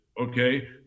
okay